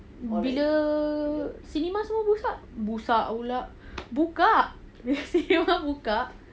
bila semua cinema semua busak busak pula buka bila cinema buka